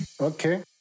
Okay